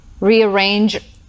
Rearrange